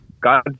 God